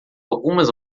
algumas